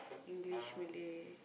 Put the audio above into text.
English Malay